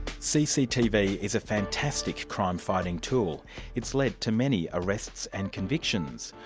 cctv is a fantastic crime fighting tool it's led to many arrests and convictions.